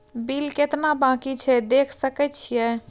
Bill केतना बाँकी छै देख सके छियै?